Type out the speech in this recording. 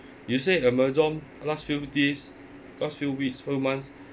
you said Amazon last few days last few weeks or months